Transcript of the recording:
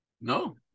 No